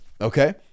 Okay